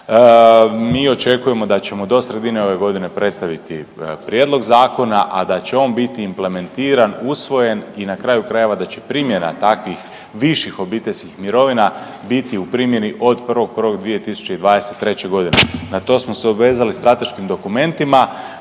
mi očekujemo da ćemo do sredine ove godine predstaviti prijedlog zakona, a da će on biti implementiran, usvojen i na kraju krajeva da će primjena takvih viših obiteljskih mirovina biti u primjeni od 1.1.2023. godine. Na to smo se obvezali strateškim dokumentima,